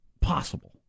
possible